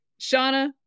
Shauna